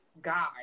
guy